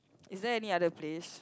is there any other place